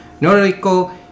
Noriko